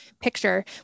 picture